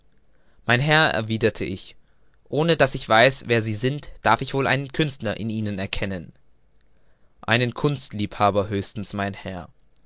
mein herr erwiderte ich ohne daß ich weiß wer sie sind darf ich wohl einen künstler in ihnen erkennen einen kunstliebhaber höchstens mein herr